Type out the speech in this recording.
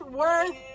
worth